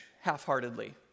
half-heartedly